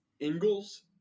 Ingalls